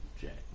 Jack